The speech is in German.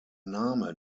name